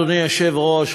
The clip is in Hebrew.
אדוני היושב-ראש,